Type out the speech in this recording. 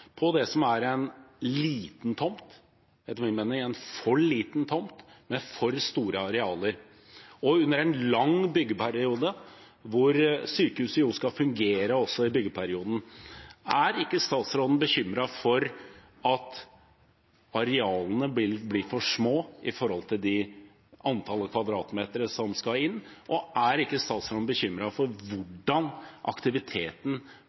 på det som er en liten tomt – etter min mening en for liten tomt – med for store arealer og under en lang byggeperiode hvor sykehuset skal fungere også i byggeperioden, er ikke statsråden bekymret for at arealene blir for små i forhold til antallet kvadratmeter som skal inn, og er ikke statsråden bekymret for hvordan aktiviteten